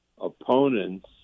opponents